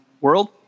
world